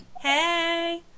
Hey